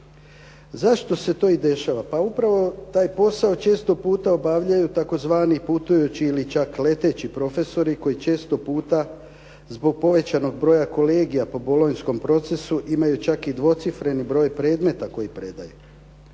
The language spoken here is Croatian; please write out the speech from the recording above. Zašto se to i dešava? Pa upravo taj posao često puta obavljaju tzv. putujući ili čak leteći profesori koji često puta zbog povećanog broja kolegija po Bolonjskom procesu imaju čak i dvocifreni broj predmeta koji predaju.